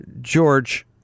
George